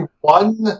one